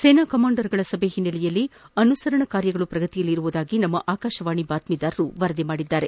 ಸೇನಾ ಕಮಾಂಡರ್ಗಳ ಸಭೆ ಹಿನ್ನೆಲೆಯಲ್ಲಿ ಅನುಸರಣ ಕಾರ್ಯಗಳು ಪ್ರಗತಿಯಲ್ಲಿವೆ ಎಂದು ನಮ್ಮ ಆಕಾಶವಾಣಿ ಬಾತ್ನೀದಾರರು ವರದಿ ಮಾಡಿದ್ದಾರೆ